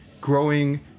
growing